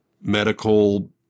medical